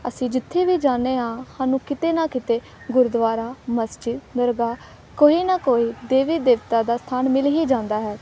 ਅਸੀਂ ਜਿੱਥੇ ਵੀ ਜਾਂਦੇ ਹਾਂ ਸਾਨੂੰ ਕਿਤੇ ਨਾ ਕਿਤੇ ਗੁਰਦੁਆਰਾ ਮਸਜਿਦ ਦਰਗਾਹ ਕੋਈ ਨਾ ਕੋਈ ਦੇਵੀ ਦੇਵਤਾ ਦਾ ਸਥਾਨ ਮਿਲ ਹੀ ਜਾਂਦਾ ਹੈ